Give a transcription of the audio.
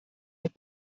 auch